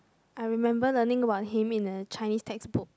I remember learning about him in a Chinese textbook